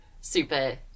super